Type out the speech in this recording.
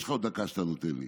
יש לך עוד דקה שאתה נותן לי.